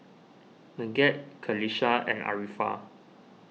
Megat Qalisha and Arifa